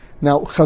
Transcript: Now